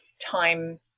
time